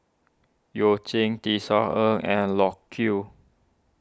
You Jin Tisa Ng and Loke Yew